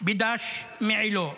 בדש מעילו.